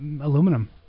aluminum